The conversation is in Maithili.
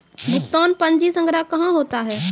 भुगतान पंजी संग्रह कहां होता हैं?